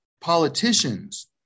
politicians